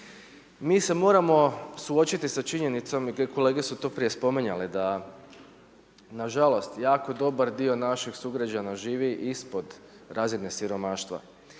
Mi se moramo suočiti sa činjenicom i kolege su to prije spominjale da nažalost jako dobar dio naših sugrađana živi ispod razine siromaštva.